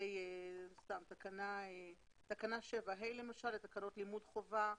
תקנה 7ה למשל לתקנות לימוד חובה,